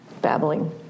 babbling